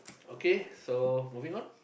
okay so moving on